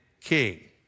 king